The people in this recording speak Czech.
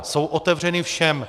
Jsou otevřeny všem.